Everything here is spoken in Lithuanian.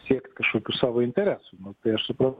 siekt kažkokių savo interesų tai aš supran